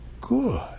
good